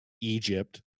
egypt